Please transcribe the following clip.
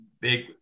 Big –